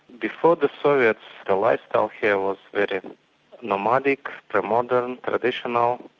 before the soviets the lifestyle here was very nomadic, pre-modern, traditional